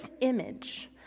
image